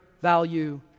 value